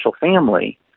family